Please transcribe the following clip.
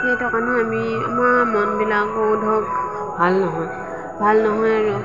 কিন্তু অকণমান আমি আমাৰ মনবিলাকো ধৰক ভাল নহয় ভাল নহয় আৰু